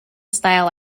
style